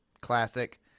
Classic